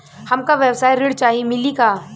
हमका व्यवसाय ऋण चाही मिली का?